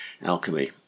alchemy